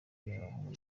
y’abahungu